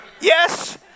Yes